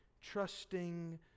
trusting